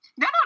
no